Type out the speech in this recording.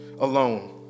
alone